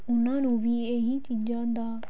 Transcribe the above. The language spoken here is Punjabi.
ਉਹਨਾਂ ਨੂੰ ਵੀ ਇਹ ਹੀ ਚੀਜ਼ਾਂ ਦਾ